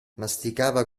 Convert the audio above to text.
masticava